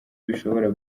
bishobora